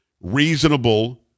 reasonable